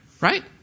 Right